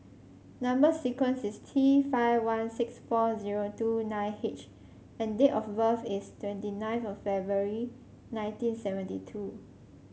number sequence is T five one six four zero two nine H and date of birth is twenty ninth February nineteen seventy two